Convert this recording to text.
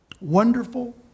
wonderful